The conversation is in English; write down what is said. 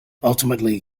ultimately